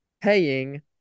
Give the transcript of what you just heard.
paying